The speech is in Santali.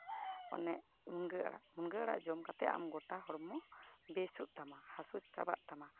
ᱚᱱᱮ ᱢᱩᱱᱜᱟᱹ ᱟᱲᱟᱜ ᱢᱩᱱᱜᱟᱹ ᱟᱲᱟᱜ ᱡᱚᱢ ᱠᱟᱛᱮᱫ ᱟᱢ ᱜᱚᱴᱟ ᱦᱚᱲᱢᱚ ᱵᱮᱥᱚᱜ ᱛᱟᱢᱟ ᱦᱟᱹᱥᱩ ᱪᱟᱵᱟᱜ ᱛᱟᱢᱟ